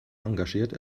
engagiert